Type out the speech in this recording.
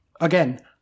again